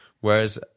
whereas